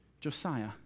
Josiah